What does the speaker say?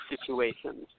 situations